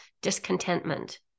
discontentment